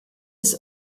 ist